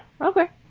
Okay